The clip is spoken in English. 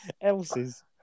else's